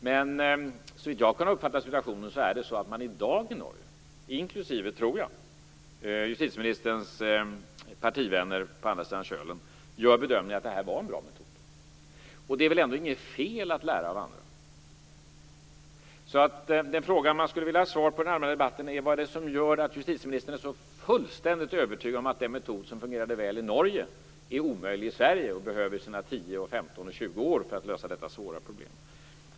Men såvitt jag har kunnat uppfatta situationen är det så att man i dag i Norge - inklusive, tror jag, justitieministerns partivänner på andra sidan kölen - gör bedömningen att det här var en bra metod. Det är väl ändå inget fel att lära av andra? Den fråga man skulle vilja ha svar på i den här debatten är därför: Vad är det som gör att justitieministern är så fullständigt övertygad om att den metod som fungerade väl i Norge är omöjlig i Sverige, och att vi behöver tio, femton eller tjugo år för att lösa detta svåra problem?